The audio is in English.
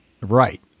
Right